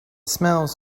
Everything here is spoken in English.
smells